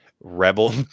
Rebel